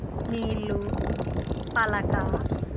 నీళ్ళు పలక